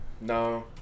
no